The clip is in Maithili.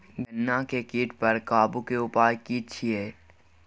गन्ना के कीट पर काबू के उपाय की छिये?